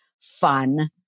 fun